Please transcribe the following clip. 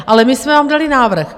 Ale my jsme vám dali návrh.